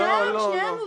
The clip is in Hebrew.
לא, שניהם.